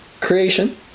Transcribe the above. creation